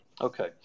Okay